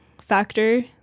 factor